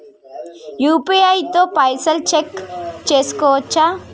UPI తో పైసల్ check చేసుకోవచ్చా?